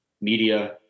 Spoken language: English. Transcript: media